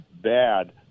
bad